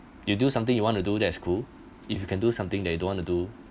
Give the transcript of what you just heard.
you do something you want to do that's cool if you can do something that you don't want to do